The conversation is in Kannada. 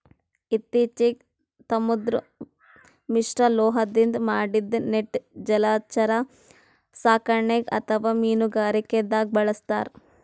ಇತ್ತಿಚೀಗ್ ತಾಮ್ರದ್ ಮಿಶ್ರಲೋಹದಿಂದ್ ಮಾಡಿದ್ದ್ ನೆಟ್ ಜಲಚರ ಸಾಕಣೆಗ್ ಅಥವಾ ಮೀನುಗಾರಿಕೆದಾಗ್ ಬಳಸ್ತಾರ್